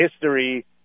history